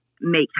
make